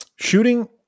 Shooting